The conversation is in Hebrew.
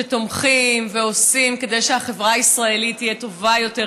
שתומכים ועושים כדי שהחברה הישראלית תהיה טובה יותר,